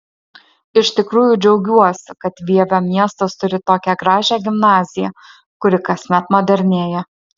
iš tikrųjų džiaugiuosi kad vievio miestas turi tokią gražią gimnaziją kuri kasmet modernėja